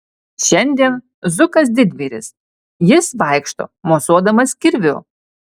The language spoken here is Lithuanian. šiandien zukas didvyris jis vaikšto mosuodamas kirviu